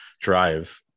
drive